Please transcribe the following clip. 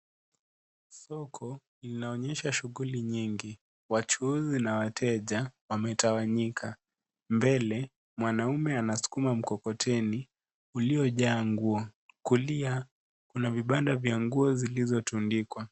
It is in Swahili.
Soko inaonyesha shughuli nyingi wachuuzi na wateja wametawanyika mbele mwanaume anasukuma mkokoteni uliojaa nguo, kulia kuna vibanda vya nguo zilizo tundikwa.